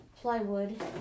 plywood